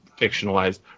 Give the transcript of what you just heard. fictionalized